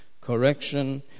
correction